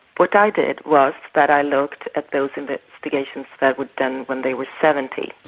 what i did was that i looked at those investigations that were done when they were seventy.